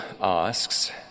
asks